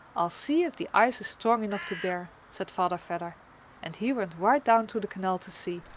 i'll see if the ice is strong enough to bear, said father vedder and he went right down to the canal to see,